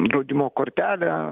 draudimo kortelę